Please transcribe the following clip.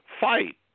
fight